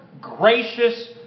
gracious